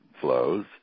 flows